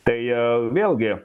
tai vėlgi